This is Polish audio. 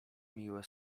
miłe